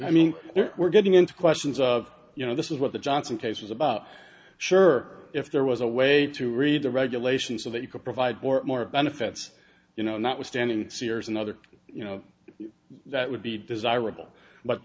mean we're getting into questions of you know this is what the johnson case was about sure if there was a way to read the regulations so that you could provide more more benefits you know notwithstanding sears and other you know that would be desirable but